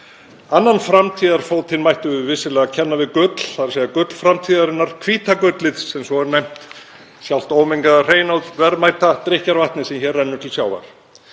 Annan framtíðarfótinn mættum við vissulega kenna við gull, þ.e. gull framtíðarinnar, hvíta gullið sem svo er nefnt, sjálft ómengaða hreina og verðmæta drykkjarvatnið sem hér rennur til sjávar.